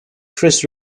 chris